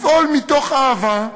לפעול מתוך אהבה,